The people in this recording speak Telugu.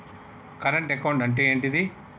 కరెంట్ అకౌంట్ అంటే ఏంటిది?